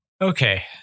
Okay